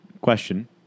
question